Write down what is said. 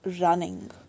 running